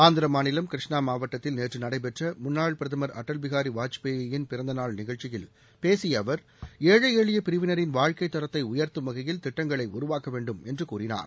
ஆந்திர மாநிலம் கிருஷ்ணா மாவட்டத்தில் நேற்று நடைபெற்ற முன்னாள் பிரதமர் அடல் பிஹாரி வாஜ்பாயி ன் பிறந்த நாள் நிகழ்ச்சியில் பேசிய அவர் ஏழை எளிய பிரிவினரின் வாழ்க்கைத் தரத்தை உயர்த்தும் வகையில் திட்டங்களை உருவாக்க வேண்டும் என்று கூறினார்